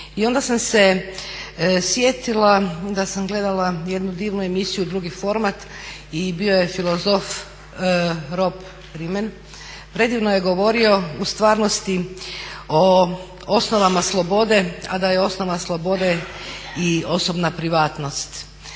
i onda sam se sjetila da sam gledala jednu divnu emisiju "Drugi format" i bio je filozof Rob Riemen, predivno je govorio u stvarnosti o osnovama slobode, a da je osnova slobode i osobna privatnost.